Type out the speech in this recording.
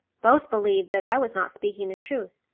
both believed that i was not speaking the truth,